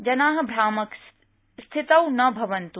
जना भ्रामक स्थितौ न भवन्तु